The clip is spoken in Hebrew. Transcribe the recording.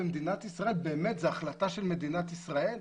באמת זה החלטה של מדינת ישראל?